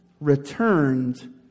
returned